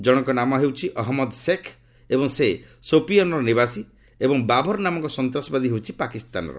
ଜଶଙ୍କ ନାମ ହେଉଛି ଅହଜ୍ଞଦ ସେଖ ଏବଂ ସେ ସୋଫିଅନର ନିବାସୀ ଏବଂ ବାବର ନାମକ ସନ୍ତାସବାଦୀ ହେଉଛି ପାକିସ୍ତାନର